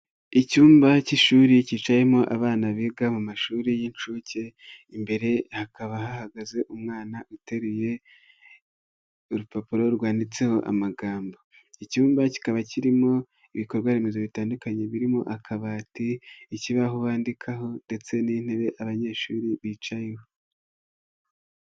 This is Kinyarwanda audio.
Icyumba cy'ishuri cyicaye mo abana biga mu mashuri y'incuke imbere hakaba hahagaze umwana uteruye urupapuro rwanditseho amagambo, icyumba kikaba kirimo ibikorwa remezo bitandukanye birimo akabati, ikibaho bandikaho ndetse n'intebe abanyeshuri bicayeho.